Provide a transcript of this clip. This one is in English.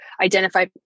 identify